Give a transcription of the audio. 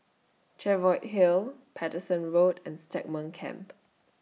Cheviot Hill Paterson Road and Stagmont Camp